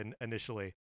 initially